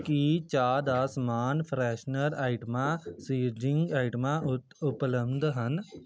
ਕੀ ਚਾਹ ਦਾ ਸਮਾਨ ਫਰੈਸ਼ਨਰ ਆਈਟਮਾਂ ਸੀਜ਼ਡਿੰਗ ਆਈਟਮਾਂ ਉ ਉਪਲਬਧ ਹਨ